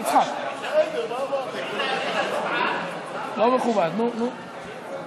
אתה מפריע לי, של חברי הכנסת דוד אמסלם, יוסי